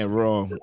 wrong